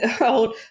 old